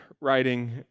writing